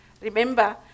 remember